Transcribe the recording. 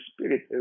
Spirit